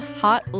hot